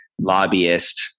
lobbyist